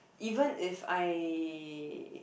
even if I